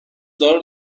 دار